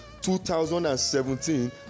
2017